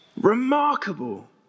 Remarkable